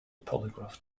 polygraph